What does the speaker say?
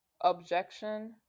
objection